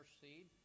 seed